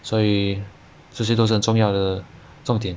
所以这些都是很重要的重点